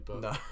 No